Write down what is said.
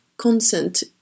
consent